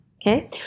okay